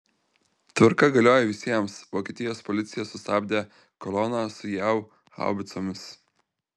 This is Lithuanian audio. tvarka galioja visiems vokietijos policija sustabdė koloną su jav haubicomis